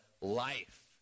life